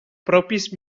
propis